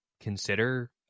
consider